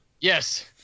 yes